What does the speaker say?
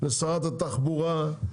לשרת התחבורה.